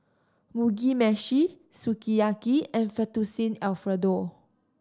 Mugi Meshi Sukiyaki and Fettuccine Alfredo